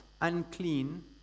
unclean